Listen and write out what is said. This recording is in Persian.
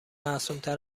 معصومتر